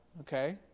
Okay